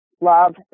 love